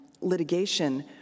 litigation